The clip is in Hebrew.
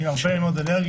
עם הרבה אנרגיות.